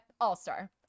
all-star